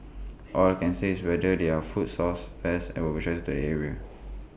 all I can say is whether there are food sources pests would attracted to the area